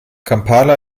kampala